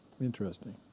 Interesting